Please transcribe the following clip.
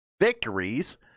victories